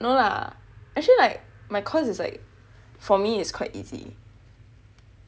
no lah actually like my course is like for me is quite easy